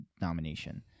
nomination